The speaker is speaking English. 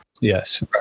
Yes